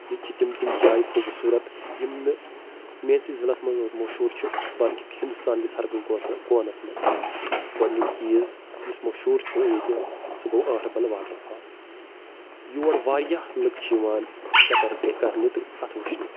ییٚتہِ چھِ تِم تِم جایہِ خوٗبصوٗرت یِم نہٕ میٛٲنسٕے ضِلَس منٛز یوت مشہوٗر چھُ بَلکہ ہِندُستانکِس ہر کُنہِ کوس کوٗنَس منٛز گۄڈنیُٚک چیٖز یُس مشہوٗر چھُ ییٚتہِ سُہ گوٚو أہَربَل واٹَرفال یور واریاہ لُکھ چھِ یِوان چَکر کہ کَرنہِ تہٕ اَتھ وٕچھنہِ